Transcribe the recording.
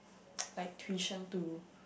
like tuition to